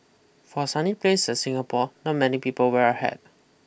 for a sunny places Singapore not many people wear a hat